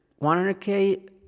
100k